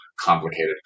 complicated